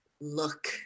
look